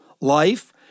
life